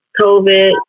COVID